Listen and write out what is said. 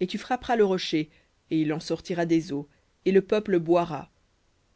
et tu frapperas le rocher et il en sortira des eaux et le peuple boira